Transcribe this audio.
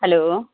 hello